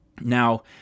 Now